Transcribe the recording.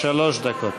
שלוש דקות.